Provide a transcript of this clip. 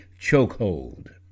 chokehold